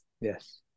Yes